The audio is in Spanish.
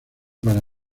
para